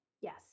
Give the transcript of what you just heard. Yes